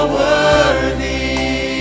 worthy